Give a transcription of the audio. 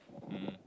mmhmm